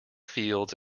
fields